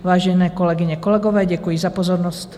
Vážené kolegyně, kolegové, děkuji za pozornost.